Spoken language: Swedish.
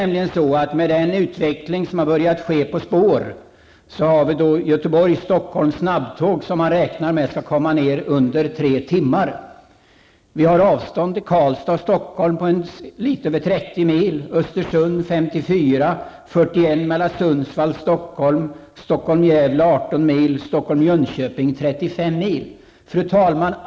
Med den utveckling som har börjat komma i gång på spår har vi fått snabbtåg mellan Göteborg och Stockholm som man räknar med skall komma ner till en restid under tre timmar. Avståndet Karlstad -- Stockholm är litet över 30 mil, från Östersund är det 54 mil, 41 mil är det från Sundsvall till Stockholm, sträckan Stockholm -- Gävle är 18 mil och från Stockholm till Jönköping är det 35 mil. Fru talman!